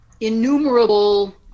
innumerable